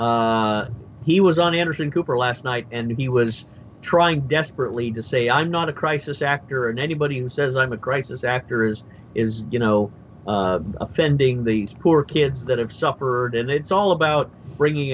cooper he was on anderson cooper last night and he was trying desperately to say i'm not a crisis actor and anybody who says i'm a crisis actor is is you know offending these poor kids that have suffered and it's all about bringing